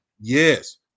Yes